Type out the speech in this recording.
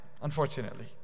Unfortunately